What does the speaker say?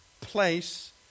place